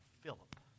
Philip